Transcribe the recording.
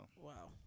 Wow